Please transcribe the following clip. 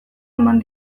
eman